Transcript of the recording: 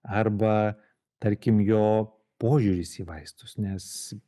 arba tarkim jo požiūris į vaistus nes